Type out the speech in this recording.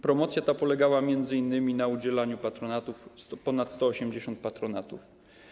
Promocja ta polegała m.in. na udzieleniu ponad 180 patronatów.